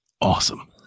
awesome